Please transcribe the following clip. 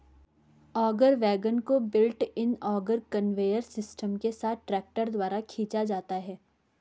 auger wagon को built in auger conveyor system के साथ ट्रैक्टर द्वारा खींचा जाता है